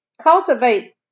cultivate